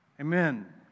Amen